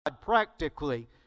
practically